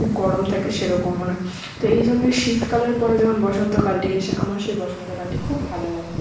খুব গরম থাকে সেরকমও নয় তো এই জন্যই শীতকালের পরে যখন বসন্তকালটি এসে আমার সেই বসন্তকালটি খুব ভালো লাগে